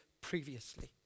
previously